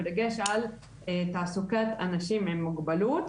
בדגש על תעסוקת אנשים עם מוגבלות.